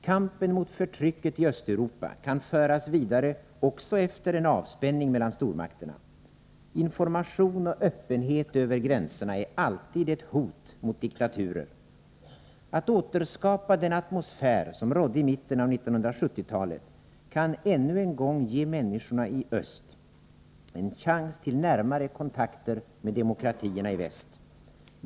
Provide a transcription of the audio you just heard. Kampen mot förtrycket i Östeuropa kan föras vidare också efter en avspänning mellan stormakterna. Information och öppenhet över gränserna är alltid ett hot mot diktaturer. Att återskapa den atmosfär som rådde i mitten av 1970-talet kan ännu en gång ge människorna i öst en chans till närmare kontakter med demokratierna i väst.